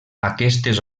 aquestes